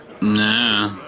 Nah